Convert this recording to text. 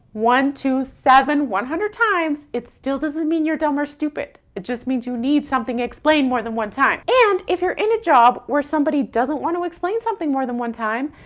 one, two, seven, one hundred times, it still doesn't mean you're dumb or stupid. it just means you need something explained more than one time. and if you're in a job where somebody doesn't want to explain something more than one time,